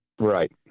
Right